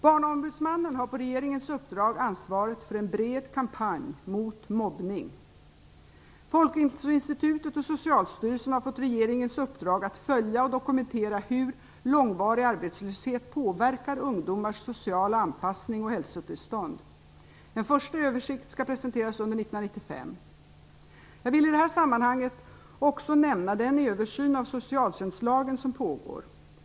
Barnombudsmannen har på regeringens uppdrag ansvaret för en bred kampanj mot mobbning. Folkhälsoinstitutet och Socialstyrelsen har fått regeringens uppdrag att följa och dokumentera hur långvarig arbetslöshet påverkar ungdomars sociala anpassning och hälsotillstånd. En första översikt skall presenteras under 1995. Jag vill i detta sammanhang också nämna den översyn av socialtjänstlagen som pågår.